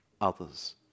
others